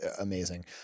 amazing